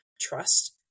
trust